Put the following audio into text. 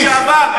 שאתם העליתם,